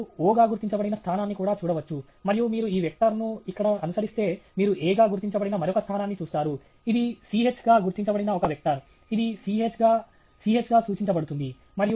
మీరు O గా గుర్తించబడిన స్థానాన్ని కూడా చూడవచ్చు మరియు మీరు ఈ వెక్టర్ను ఇక్కడ అనుసరిస్తే మీరు A గా గుర్తించబడిన మరొక స్థానాన్ని చూస్తారు ఇది Ch గా గుర్తించబడిన ఒక వెక్టర్ ఇది Ch గా Ch గా సూచించబడుతుంది